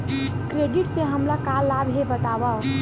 Credit से हमला का लाभ हे बतावव?